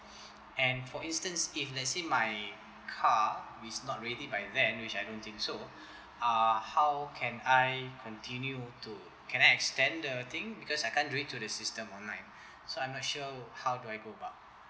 and for instance if let's say my car is not really by then which I don't think so uh how can I continue to can I extend the thing because I can't do it through the system online so I'm not sure how do I go about